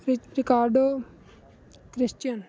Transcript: ਰਿ Ricardo Christian